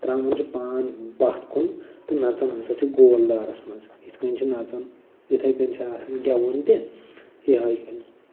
ترٛاوَن چھِ پان پَتھ کُن تہٕ نَژان ہسا چھِ گوٚل دٲیرَس منٛز یِتھٕ کٔنۍ چھِ نَژان یِتھٕے کٔنۍ چھِ آسان گٮ۪وُن تہِ یِہَے